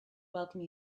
welcome